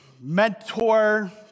mentor